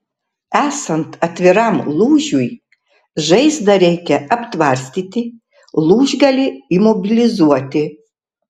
esant atviram lūžiui žaizdą reikia aptvarstyti lūžgalį imobilizuoti